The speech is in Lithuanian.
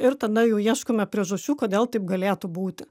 ir tada jau ieškome priežasčių kodėl taip galėtų būti